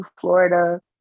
florida